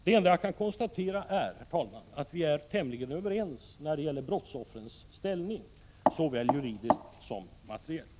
Det enda jag kan konstatera är, herr talman, att vi är tämligen överens när det gäller brottsoffrens ställning såväl juridiskt som materiellt.